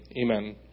amen